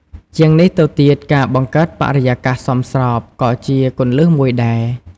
ជាងនេះទៅទៀត ការបង្កើតបរិយាកាសសមស្រប ក៏ជាគន្លឹះមួយដែរ។